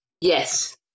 Yes